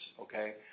Okay